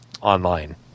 online